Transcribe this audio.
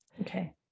Okay